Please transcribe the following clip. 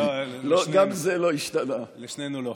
לא לשנינו.